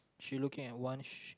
she looking one sh~